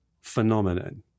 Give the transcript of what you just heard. phenomenon